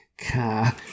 car